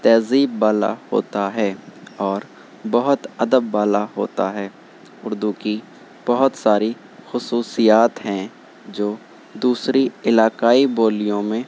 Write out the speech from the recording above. تہذیب والا ہوتا ہے اور بہت ادب والا ہوتا ہے اردو کی بہت ساری خصوصیات ہیں جو دوسری علاقائی بولیوں میں